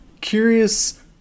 curious